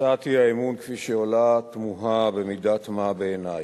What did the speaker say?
הצעת האי-אמון כפי שהיא עולה תמוהה במידת מה בעיני,